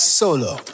solo